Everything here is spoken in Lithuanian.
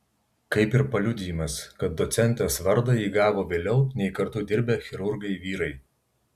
kaip ir paliudijimas kad docentės vardą ji gavo vėliau nei kartu dirbę chirurgai vyrai